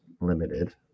limited